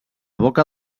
boca